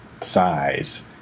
size